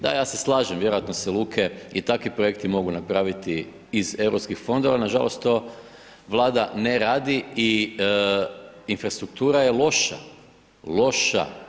Da ja se slažem, vjerojatno se luke i takvi projekti mogu napraviti iz europskih fondova, nažalost to vlada ne radi i infrastruktura je loša, loša.